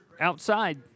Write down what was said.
Outside